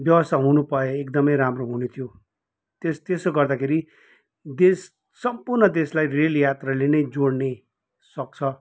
व्यवस्था हुनु पाए एकदमै राम्रो हुने थियो त्यस त्यसो गर्दाखेरि देश सम्पूर्ण देशलाई रेल यात्राले नै जोड्ने सक्छ